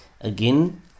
Again